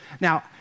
Now